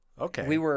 okay